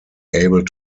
able